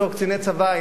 בתור קציני צבא,